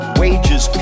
wages